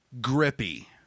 grippy